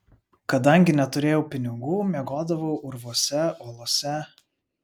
kadangi neturėjau pinigų miegodavau urvuose olose